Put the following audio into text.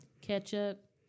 Ketchup